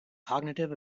cognitive